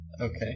Okay